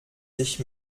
sich